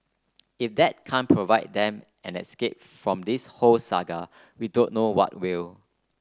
if that can't provide them an escape from this whole saga we don't know what will